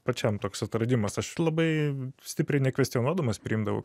pačiam toks atradimas aš labai stipriai nekvestionuodamas priimdavau